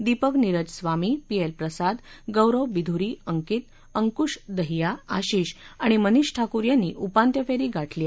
Deepak Neeraj Swami P L Prasad Gaurav Bidhuri Ankit Ankush Dahiya Ashish आणि मनीष ठाकूर यांनी उपांत्य फेरी गाठली आहे